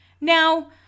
Now